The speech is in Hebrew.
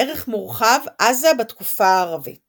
ערך מורחב – עזה בתקופה הערבית